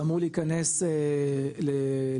שאמור להיכנס לפעולה,